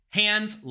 hands